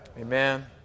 Amen